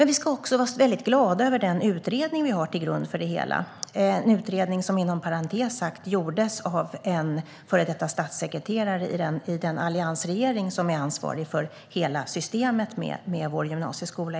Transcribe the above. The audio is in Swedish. Vi ska också vara glada över den utredning vi har som grund för det hela. Det är en utredning som, inom parentes sagt, gjordes av en före detta statssekreterare i den alliansregering som var ansvarig för hela systemet för dagens gymnasieskola.